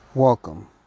Welcome